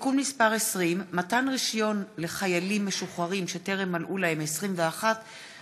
(תיקון מס' 20) (מתן רישיון לחיילים משוחררים שטרם מלאו להם 21 שנים),